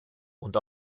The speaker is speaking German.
und